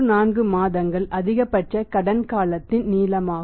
34 மாதங்கள் அதிகபட்ச கடன் காலத்தின் நீளமாகும்